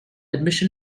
admission